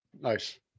Nice